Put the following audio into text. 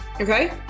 Okay